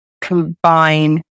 combine